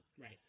right